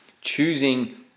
choosing